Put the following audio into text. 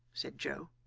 said joe.